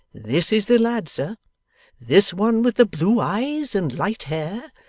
this is the lad, sir this one with the blue eyes and light hair.